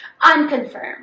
Unconfirmed